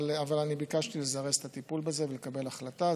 אבל אני ביקשתי לזרז את הטיפול בזה ולקבל החלטה.